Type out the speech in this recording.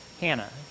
Hannah